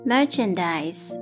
Merchandise